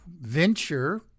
venture